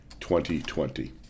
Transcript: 2020